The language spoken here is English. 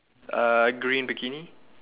uh green bikini